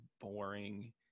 boring